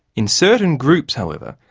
in certain groups however,